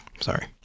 sorry